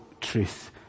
truth